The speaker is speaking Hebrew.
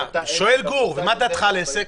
שואל גור, מה דעתך על עסק?